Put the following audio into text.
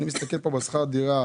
אני מדבר איתך על שכר הדירה.